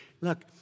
Look